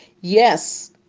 Yes